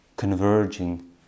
converging